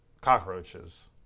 cockroaches